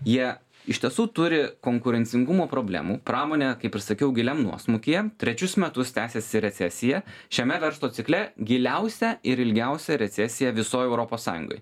jie iš tiesų turi konkurencingumo problemų pramonė kaip ir sakiau giliam nuosmukyje trečius metus tęsiasi recesija šiame verslo cikle giliausia ir ilgiausia recesija visoj europos sąjungoj